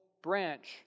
Branch